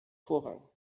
vorrang